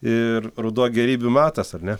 ir ruduo gėrybių metas ar ne